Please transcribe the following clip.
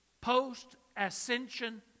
post-ascension